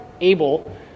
able